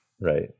Right